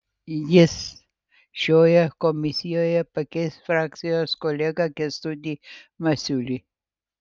jis šioje komisijoje pakeis frakcijos kolegą kęstutį masiulį